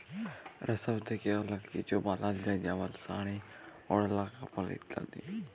রেশম থ্যাকে অলেক কিছু বালাল যায় যেমল শাড়ি, ওড়লা, কাপড় ইত্যাদি